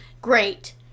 Great